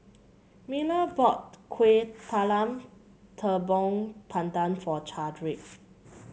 Miller bought Kuih Talam Tepong Pandan for Chadwick